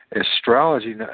astrology